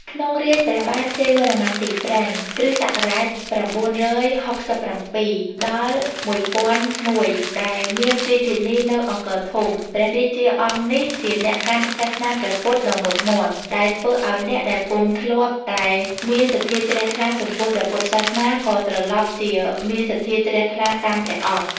ក្នុងរាជ្យព្រះបាទជ័យវរ្ម័នទី ៥ (គ.ស ៩៦៧-១០០១) ដែលមានរាជធានីនៅ អង្គរធំ ព្រះរាជាអង្គនេះជាអ្នកកាន់សាសនាព្រះពុទ្ធដ៏មុតមាំ ដែលធ្វើឱ្យអ្នកដែលពុំ ធ្លាប់តែមានសទ្ធាជ្រះថ្លាចំពោះព្រះពុទ្ធសាសនា ក៏ត្រឡប់ជាមានសទ្ធាជ្រះថ្លាតាម ព្រះអង្គ។